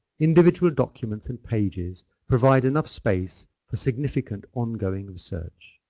individual documents and pages provide enough space for significant on-going research.